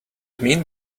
mean